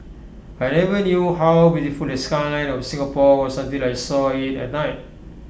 I never knew how beautiful the skyline of Singapore was until I saw IT at night